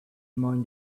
mind